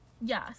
Yes